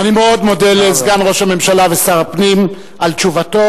אני מאוד מודה לסגן ראש הממשלה ושר הפנים על תשובתו